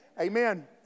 Amen